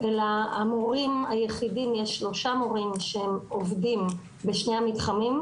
אלא המורים היחידים-יש שלושה מורים שעובדים בשני המתחמים,